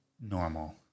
normal